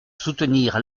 soutenir